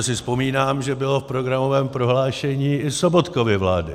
Dokonce si vzpomínám, že bylo v programovém prohlášení i Sobotkovy vlády.